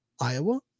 Iowa